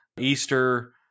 Easter